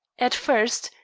at first,